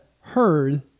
heard